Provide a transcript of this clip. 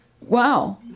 Wow